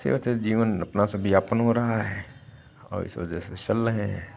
शेष है जीवन अपना सब यापन हो रहा है और ऐसे जो है चल रहे हैं